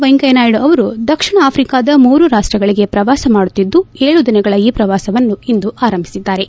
ವೆಂಕಯ್ನನಾಯ್ನು ಅವರು ದಕ್ಷಿಣ ಆಫ್ಟಿಕಾದ ಮೂರು ರಾಷ್ಟಗಳಿಗೆ ಪ್ರವಾಸ ಮಾಡುತ್ತಿದ್ದು ಏಳು ದಿನಗಳ ಈ ಪ್ರವಾಸವನ್ನು ಇಂದು ಆರಂಭಿಸಿದ್ದಾರೆ